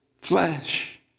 flesh